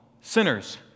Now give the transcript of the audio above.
sinners